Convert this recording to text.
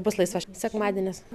bus laisvas sekmadienis